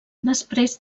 després